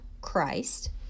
Christ